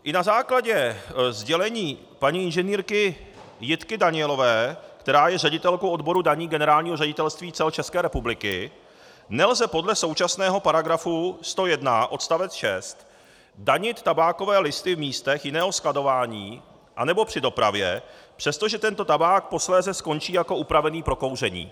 I na základě sdělení paní inženýrky Jitky Danielové, která je ředitelkou odboru daní Generálního ředitelství cel České republiky, nelze podle současného § 101 odst. 6 danit tabákové listy v místech jiného skladování nebo při dopravě, přestože tento tabák posléze skončí jako upravený pro kouření.